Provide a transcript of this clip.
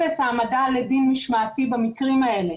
אפס העמדה לדין משמעתי במקרים האלה.